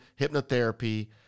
hypnotherapy